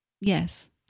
yes